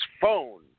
phone